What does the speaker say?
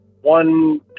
one